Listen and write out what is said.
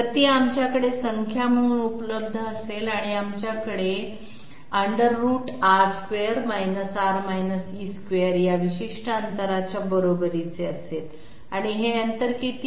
तर ती आमच्याकडे संख्या म्हणून उपलब्ध असेल म्हणून आमच्याकडे √R2 − R − e2 या विशिष्ट अंतराच्या बरोबरीचे असेल आणि हे अंतर किती आहे